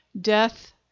death